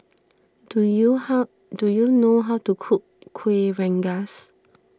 do you how do you know how to cook Kueh Rengas